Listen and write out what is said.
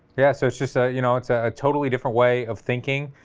yeah, so it's just a, you know, it's ah a totally different way of thinking,